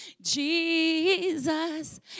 Jesus